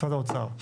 משרד האוצר.